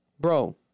Bro